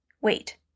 Wait